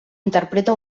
interpreta